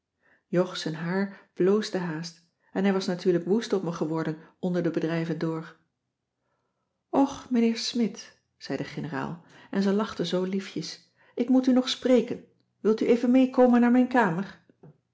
beneden jog z'n haar bloosde haast en hij was natuurlijk woest cissy van marxveldt de h b s tijd van joop ter heul op me geworden onder de bedrijven door och mijnheer smidt zei de generaal en ze lachte zoo liefjes ik moet u nog spreken wilt u even meekomen naar mijn kamer